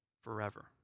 forever